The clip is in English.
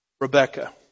Rebecca